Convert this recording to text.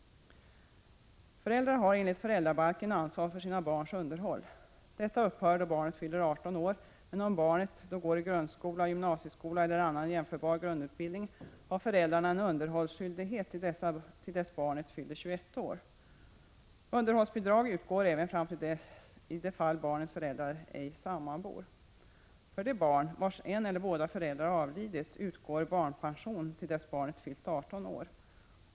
Föräldrar har enligt föräldrabalken ansvar för sina barns underhåll. Detta upphör då barnet fyller 18 år, men om barnet då går i grundskola, gymnasieskola eller annan jämförbar grundutbildning har föräldrarna en underhållsskyldighet till dess barnet fyller 21 år. Underhållsbidrag till dess barnet fyller 21 år utgår även i det fall barnets föräldrar ej sammanbor. För de barn, vilkas ena förälder eller båda föräldrar har avlidit, utgår barnpension till dess barnet fyllt 18 år.